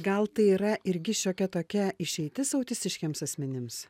gal tai yra irgi šiokia tokia išeitis autistiškiems asmenims